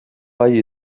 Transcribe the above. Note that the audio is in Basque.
gai